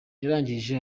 yarangije